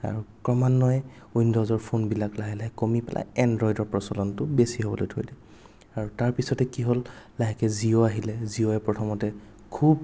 আৰু ক্ৰমান্বয়ে উইণ্ড'জৰ ফ'ন বিলাক লাহে লাহে কমি পেলাই এণ্ড্ৰ'ইডৰ প্ৰচলনটো বেছি হ'বলৈ ধৰিলে আৰু তাৰ পিছতে কি হ'ল লাহেকে জিঅ' আহিলে জিঅ'য়ে প্ৰথমতে খুব